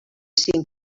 cinc